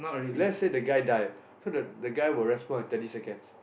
let's say the guy die so the the guy will respawn in thirty seconds